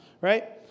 right